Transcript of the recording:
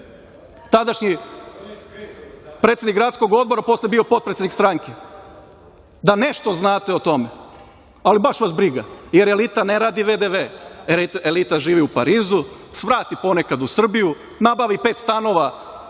Tadašnji predsednik gradskog odbora, posle je bio potpredsednik stranke. Da nešto znate o tome, ali baš vas briga, jer elita ne radi „vdv“, elita živi u Parizu, svrati ponekad u Srbiju, nabavi pet stanova.